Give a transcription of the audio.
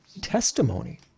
testimony